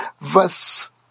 verse